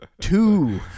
Two